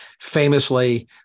Famously